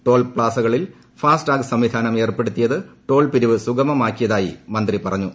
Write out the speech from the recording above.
toll പ്താസകളിൽ FASTag സംവിധാനം ഏർപ്പെടുത്തിയത് ടോൾ പിരിവ് സുഗമമാക്കിയതായി മന്ത്രി പറഞ്ഞു